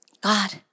God